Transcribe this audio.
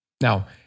Now